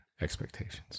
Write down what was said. expectations